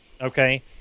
Okay